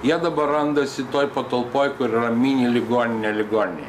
jie dabar randasi toj patalpoj kur yra mini ligoninė ligoninėj